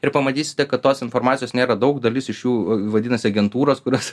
ir pamatysite kad tos informacijos nėra daug dalis iš jų vadinasi agentūros kurios